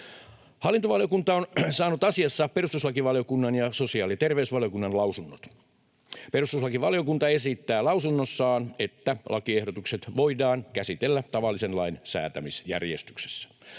Hallintovaliokunta on saanut asiassa perustuslakivaliokunnan ja sosiaali‑ ja terveysvaliokunnan lausunnot. Perustuslakivaliokunta esittää lausunnossaan, että lakiehdotukset voidaan käsitellä tavallisen lain säätämisjärjestyksessä.